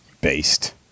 based